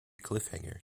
cliffhanger